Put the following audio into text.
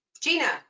gina